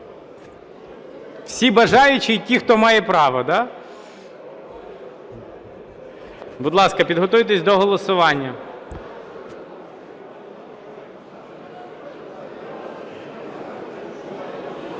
Всі бажаючі і ті, хто має право, так? Будь ласка, підготуйтесь до голосування.